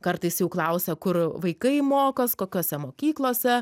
kartais jau klausia kur vaikai mokos kokiose mokyklose